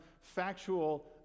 factual